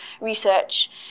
research